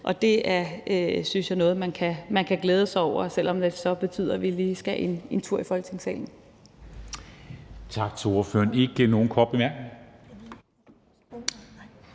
af EU. Det synes jeg er noget, man kan glæde sig over, selv om det så betyder, at vi lige skal en tur i Folketingssalen.